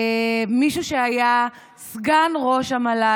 מישהו שהיה סגן ראש המל"ל,